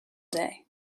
day